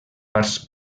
parts